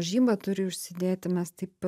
žymą turi užsidėti mes taip